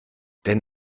denn